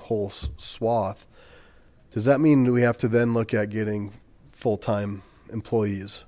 whole swath does that mean we have to then look at getting full time employees